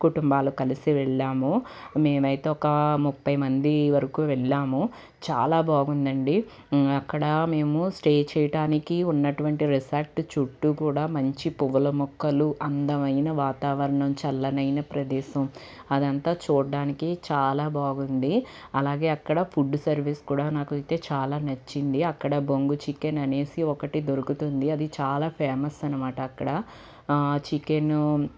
కుటుంబాలు కలిసి వెళ్ళాము మేమైతే ఒక ముప్పై మంది వరకు వెళ్ళాము చాలా బాగుందండి అక్కడ మేము స్టే చేయడానికి ఉన్నటువంటి రిసార్ట్ చుట్టూ కూడా మంచి పువ్వుల మొక్కలు అందమైన వాతావరణం చల్లనైన ప్రదేశం అదంతా చూడ్డానికి చాలా బాగుంది అలాగే అక్కడ ఫుడ్ సర్వీస్ కూడా నాకు అయితే చాలా నచ్చింది అక్కడ బొంగు చికెన్ అనేసి ఒకటి దొరుకుతుంది అది చాలా ఫేమస్ అనమాట అక్కడ చికెను